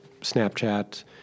Snapchat